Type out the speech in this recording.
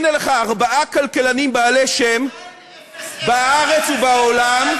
הנה לך ארבעה כלכלנים בעלי שם בארץ ובעולם,